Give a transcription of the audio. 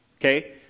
okay